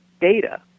data